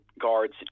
guards